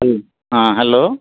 ହୁଁ ହଁ ହ୍ୟାଲୋ